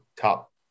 top